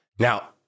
Now